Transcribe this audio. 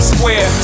Square